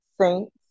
Saints